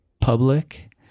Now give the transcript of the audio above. public